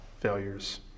failures